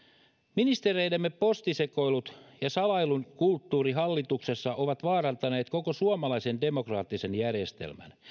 ministereidemme posti sekoilut ja salailun kulttuuri hallituksessa ovat vaarantaneet koko suomalaisen demokraattisen järjestelmän